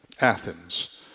Athens